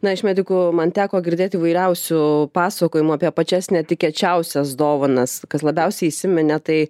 na iš medikų man teko girdėti įvairiausių pasakojimų apie pačias netikėčiausias dovanas kas labiausiai įsiminė tai